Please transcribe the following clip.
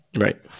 Right